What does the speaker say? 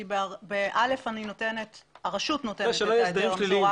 כי ב-א' הרשות נותנת את ההיתר המזורז.